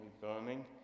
burning